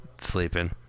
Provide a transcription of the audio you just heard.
Sleeping